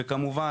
וכמובן,